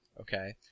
Okay